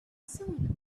soon